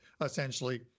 essentially